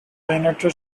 united